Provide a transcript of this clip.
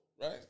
right